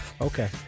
Okay